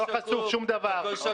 לא חשוף שום דבר.